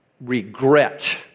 regret